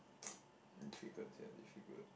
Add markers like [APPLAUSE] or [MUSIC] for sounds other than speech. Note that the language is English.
[NOISE] difficult sia difficult